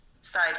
side